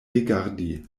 rigardi